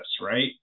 right